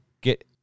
get